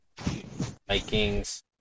Vikings